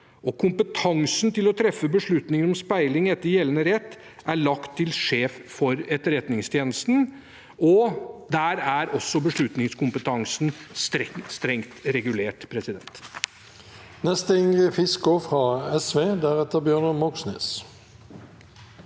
Kompetansen til å treffe beslutninger om speiling etter gjeldende rett er lagt til sjef for Etterretningstjenesten, og også der er beslutningskompetansen strengt regulert. Ingrid